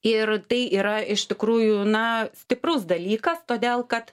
ir tai yra iš tikrųjų na stiprus dalykas todėl kad